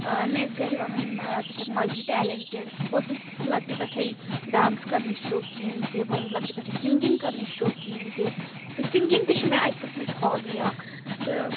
ٲں مےٚ ٲسۍ گھرِ وَنان ٲں ژٕ چھیٚکھ مَلٹی ٹیلیٚنٹِڈ بہٕ ٲسٕس لۄکٹہِ پٮ۪ٹھٔے ڈانٕس کَرنٕچ شوقیٖن تہِ بہٕ ٲسٕس لۄکٹہِ پٮ۪ٹھٔے سِنٛگِنٛگ کَرنٕچ شوقیٖن تہِ تہٕ سِنٛگِنٛگ تہِ چھِ مےٚ اَکہِ قٕسمٕچ ہابی اکھ تہٕ